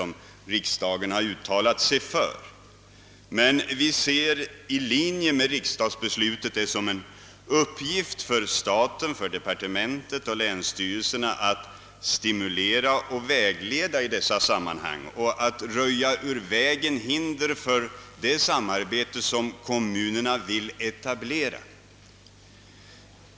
Men vi ser det, i linje med riksdagens beslut, som en uppgift för staten, departementet och länsstyrelserna att stimulera och vägleda i dessa sammanhang och att röja ur vägen hinder för det samarbete kommunerna vill etablera.